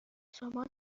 شما